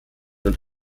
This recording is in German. und